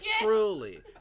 truly